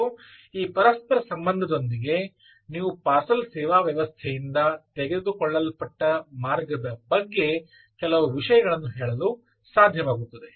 ಮತ್ತು ಈ ಪರಸ್ಪರ ಸಂಬಂಧದೊಂದಿಗೆ ನೀವು ಪಾರ್ಸೆಲ್ ಸೇವಾ ವ್ಯವಸ್ಥೆಯಿಂದ ತೆಗೆದುಕೊಳ್ಳಲ್ಪಟ್ಟ ಮಾರ್ಗದ ಬಗ್ಗೆ ಕೆಲವು ವಿಷಯಗಳನ್ನು ಹೇಳಲು ಸಾಧ್ಯವಾಗುತ್ತದೆ